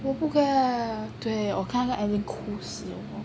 我不可以 leh 对我看到那个 ending 我哭死了